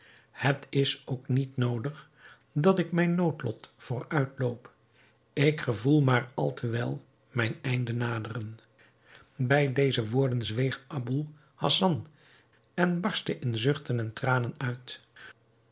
het is ook niet noodig dat ik mijn noodlot vooruit loop ik gevoel maar al te wel mijn einde naderen bij deze woorden zweeg aboul hassan en barstte in zuchten en tranen uit